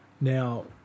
Now